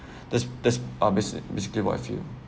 that's that's obviously basically what I feel